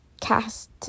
cast